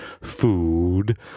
food